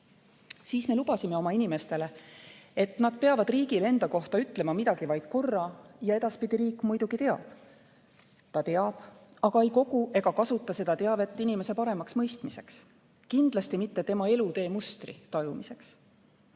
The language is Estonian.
Siis me lubasime oma inimestele, et nad peavad riigile enda kohta ütlema midagi vaid korra ja edaspidi riik teab. Ta teab, aga ei kogu ega kasuta seda teavet inimese paremaks mõistmiseks, kindlasti mitte tema elutee mustri tajumiseks.